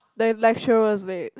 the lecturer was late